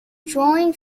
drawing